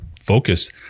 Focus